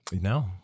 No